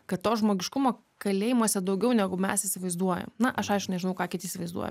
kad to žmogiškumo kalėjimuose daugiau negu mes įsivaizduojam na aš aišku nežinau ką kiti įsivaizduoja